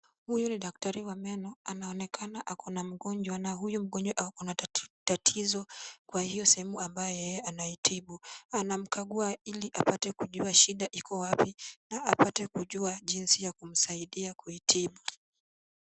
Huyu ni daktari wa meno, anaonekana ako na mgonjwa na huyu mgonjwa ako na tatizo kwa hiyo sehemu ambaye yeye anaitibu. Anamkagua ili apate kujua shida iko wapi na apate kujua jinsi ya kumsaidia kuitibu.